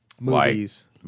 Movies